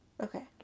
Okay